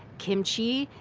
kimchi,